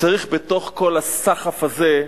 צריך בתוך כל הסחף הזה,